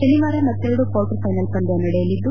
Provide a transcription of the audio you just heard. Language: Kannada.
ಶನಿವಾರ ಮತ್ತೆರಡು ಕ್ನಾರ್ಟರ್ ಫೈನಲ್ ಪಂದ್ಯ ನಡೆಯಲಿದ್ದು